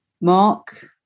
Mark